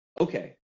okay